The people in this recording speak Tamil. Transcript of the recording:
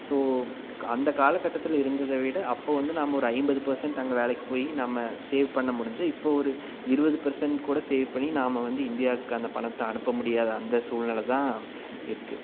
ஸோ அந்த காலகட்டத்தில் இருந்ததைவிட அப்போ வந்து நம்ம ஒரு ஐம்பது பர்சண்ட் அங்கே வேலைக்கு போய் நம்ம சேவ் பண்ண முடிஞ்ச இப்போ ஒரு இருபது பர்சண்ட் கூட சேவ் பண்ணி நாம வந்து இந்தியாவுக்கு அந்த பணத்தை அனுப்ப முடியாத அந்த சூழ்நில தான் இருக்குது